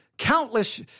Countless